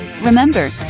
Remember